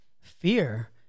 fear